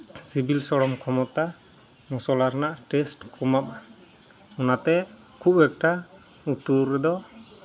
ᱥᱤᱵᱤᱞ ᱥᱚᱲᱚᱢ ᱠᱷᱚᱢᱚᱛᱟ ᱢᱚᱥᱞᱟ ᱨᱮᱱᱟᱜ ᱴᱮᱥᱴ ᱚᱱᱟᱛᱮ ᱠᱷᱩᱵ ᱮᱠᱴᱟ ᱩᱛᱩ ᱨᱮᱫᱚ